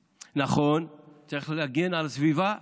נכון, צריך להגן על הסביבה,